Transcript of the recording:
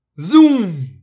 Zoom